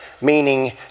meaning